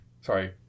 sorry